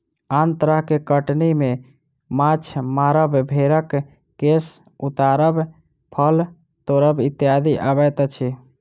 आन तरह के कटनी मे माछ मारब, भेंड़क केश उतारब, फल तोड़ब इत्यादि अबैत अछि